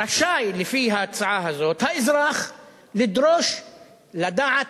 רשאי לפי ההצעה הזאת האזרח לדרוש לדעת: